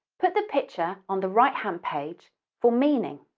put the picture on the right-hand page for meaning.